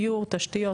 דיור תשתית,